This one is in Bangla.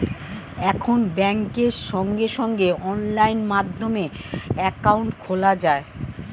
এখন ব্যাংকে সঙ্গে সঙ্গে অনলাইন মাধ্যমে অ্যাকাউন্ট খোলা যায়